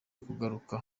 guhaguruka